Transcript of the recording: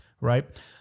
Right